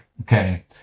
Okay